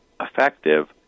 effective